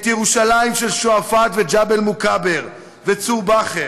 את ירושלים של שועפאט וג'בל מוכבר וצור באהר.